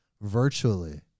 virtually